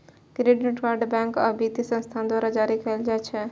credit card bank आ वित्तीय संस्थान द्वारा जारी कैल जाइ छै